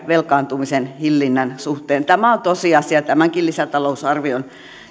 velkaantumisen hillinnän suhteen tämä on tosiasia tämänkin lisätalousarvion